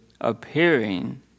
appearing